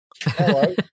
Hello